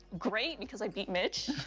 great, because i beat mitch.